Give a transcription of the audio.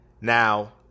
Now